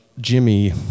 Jimmy